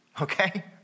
Okay